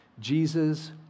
Jesus